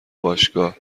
باشگاه